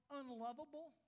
unlovable